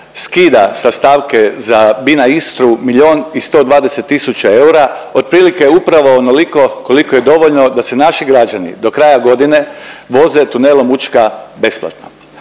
skida sa stavke za Bina – Istru milijun i 120 tisuća eura, otprilike upravo onoliko koliko je dovoljno da se naši građani do kraja godine voze tunelom Učka besplatno,